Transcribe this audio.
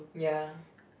ya